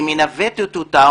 שמנווטת אותה,